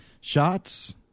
shots